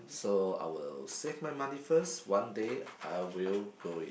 so I will save my money first one day I will go it